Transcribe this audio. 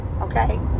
okay